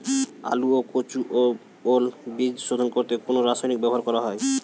আলু ও কচু ও ওল বীজ শোধন করতে কোন রাসায়নিক ব্যবহার করা হয়?